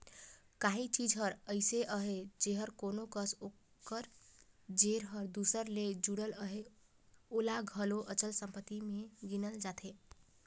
काहीं चीज हर अइसे अहे जेहर कोनो कस ओकर जेर हर दूसर ले जुड़ल अहे ओला घलो अचल संपत्ति में गिनल जाथे